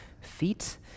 feet